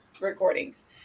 recordings